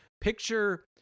picture